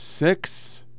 Six